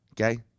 Okay